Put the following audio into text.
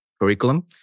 curriculum